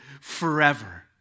forever